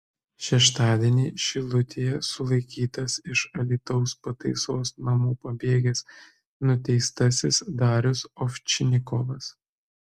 šeštadienį šilutėje sulaikytas iš alytaus pataisos namų pabėgęs nuteistasis darius ovčinikovas